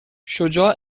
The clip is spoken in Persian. شجاع